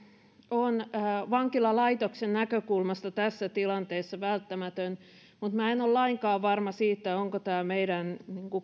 on vankilalaitoksen näkökulmasta tässä tilanteessa välttämätön mutta minä en ole lainkaan varma siitä onko tämä meidän